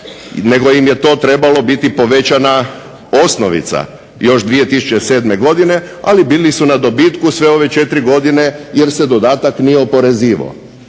nego im je to trebalo biti povećana osnovica još 2007. godine ali bili su na dobitku sve ove četiri godine jer se dodatak nije oporezivao.